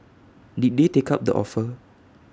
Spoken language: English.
did they take up the offer